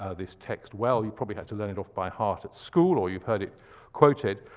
ah this text well. you probably have to learn it off by heart at school, or you've heard it quoted.